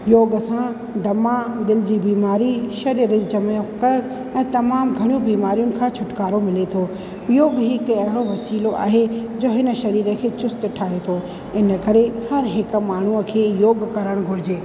योग सां दमा दिलि जी बीमारी शरीर जे विच में अकड़ ऐं तमामु बीमारियुनि खां छुटकारो मिले थो योगु ई अहिड़ो वसीलो आहे जो हिन शरीर खे चुस्तु ठाहे थो इन करे हर हिकु मण्हूअ खे योगु करणु घुरिजे